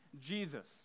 jesus